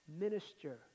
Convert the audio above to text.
minister